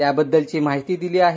त्याबद्दलची माहिती दिली आहे